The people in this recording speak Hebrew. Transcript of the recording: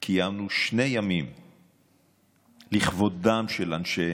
ואני קיימנו יומיים לכבודם של אנשי